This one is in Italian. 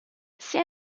sia